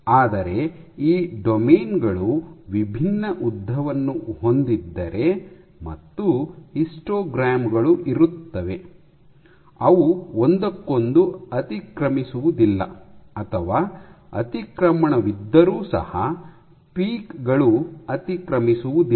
ಆದರೆ ಈ ಡೊಮೇನ್ ಗಳು ವಿಭಿನ್ನ ಉದ್ದವನ್ನು ಹೊಂದಿದ್ದರೆ ಮೂರು ಹಿಸ್ಟೋಗ್ರಾಮ್ ಗಳು ಇರುತ್ತವೆ ಅವು ಒಂದಕ್ಕೊಂದು ಅತಿಕ್ರಮಿಸುವುದಿಲ್ಲ ಅಥವಾ ಅತಿಕ್ರಮಣವಿದ್ದರೂ ಸಹ ಪೀಕ್ ಗಳು ಅತಿಕ್ರಮಿಸುವುದಿಲ್ಲ